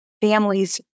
families